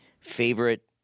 favorite